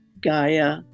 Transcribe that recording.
Gaia